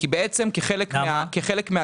כי בעצם כחלק מההגשה,